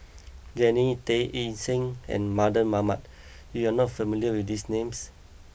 Jannie Tay Ng Yi Sheng and Mardan Mamat you are not familiar with these names